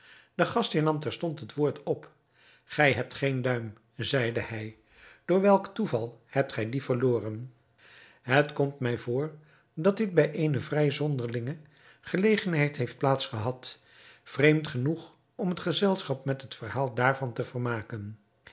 de gastheer nam terstond het woord op gij hebt geen duim zeide hij door welk toeval hebt gij dien verloren het komt mij voor dat dit bij eene vrij zonderlinge gelegenheid heeft plaats gehad vreemd genoeg om het gezelschap met het verhaal daarvan te vermaken